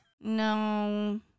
No